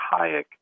Hayek